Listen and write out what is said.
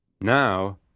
Now